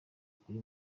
kuri